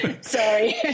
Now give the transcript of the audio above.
Sorry